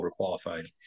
overqualified